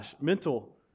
mental